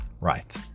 right